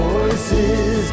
Voices